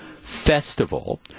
festival